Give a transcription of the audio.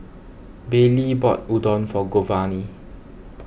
Baylee bought Udon for Giovanni